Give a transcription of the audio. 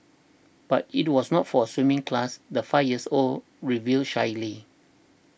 but it was not for a swimming class the five years old revealed shyly